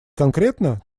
конкретно